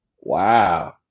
Wow